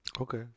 Okay